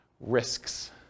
Risks